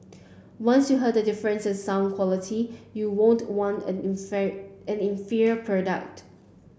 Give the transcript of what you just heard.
once you hear the difference in sound quality you won't want an an inferior product